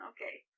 Okay